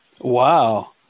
Wow